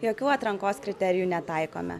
jokių atrankos kriterijų netaikome